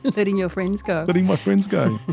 letting your friends go! letting my friends go. i